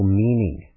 meaning